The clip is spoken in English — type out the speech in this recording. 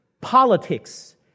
politics